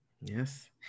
Yes